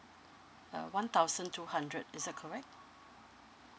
uh one thousand two hundred is that correct